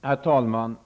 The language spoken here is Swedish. Herr talman!